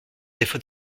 défauts